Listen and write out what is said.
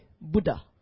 Buddha